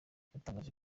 yatangaje